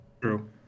True